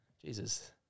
jesus